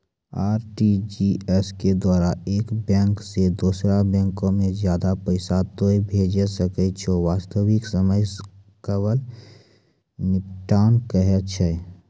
RTGS के द्वारा एक बैंक से दोसरा बैंको मे ज्यादा पैसा तोय भेजै सकै छौ वास्तविक समय सकल निपटान कहै छै?